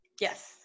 yes